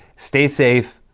stay safe.